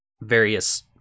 various